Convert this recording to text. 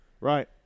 right